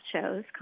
shows